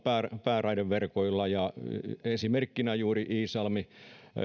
pääraideverkoilla esimerkkinä juuri